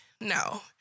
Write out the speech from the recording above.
No